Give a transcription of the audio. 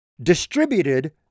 distributed